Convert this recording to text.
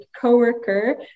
coworker